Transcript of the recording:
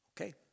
okay